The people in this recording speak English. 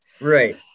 Right